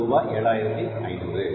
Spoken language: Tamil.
அது ரூபாய் 7500